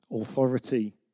Authority